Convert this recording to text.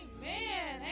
amen